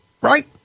right